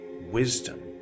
Wisdom